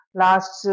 last